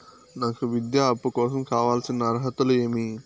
నాకు విద్యా అప్పు కోసం కావాల్సిన అర్హతలు ఏమి?